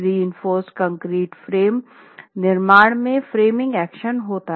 reinforced concrete frame निर्माण में framing action होता है